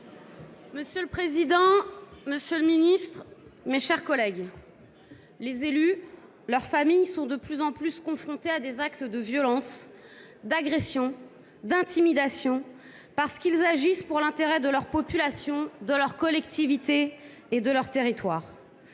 Monsieur le président. Monsieur le Ministre, mes chers collègues. Les élus, leurs familles sont de plus en plus confronté à des actes de violence. D'agression d'intimidation parce qu'ils agissent pour l'intérêt de leur population de leur collectivité et de leur territoire.